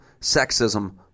sexism